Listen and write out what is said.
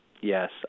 Yes